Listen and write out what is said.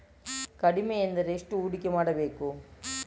ಕಡಿಮೆ ಎಂದರೆ ಎಷ್ಟು ಹೂಡಿಕೆ ಮಾಡಬೇಕು?